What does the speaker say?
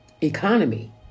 economy